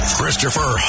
Christopher